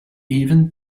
even